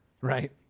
right